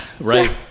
right